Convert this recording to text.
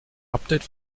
update